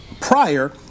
prior